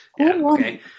okay